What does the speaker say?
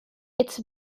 its